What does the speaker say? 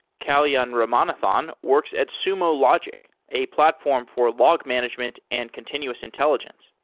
kalyan ramanathan works at sumo logic, a platform for log management and continuous intelligence.